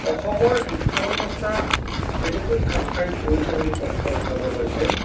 অসমৰ শিক্ষা ব্যৱস্থা কেনেকৈ খাপ খাই পৰিছে বুলি প্ৰশ্ন উত্থাপন হৈছে